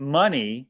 money